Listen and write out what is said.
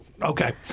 Okay